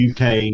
UK